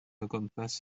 ogwmpas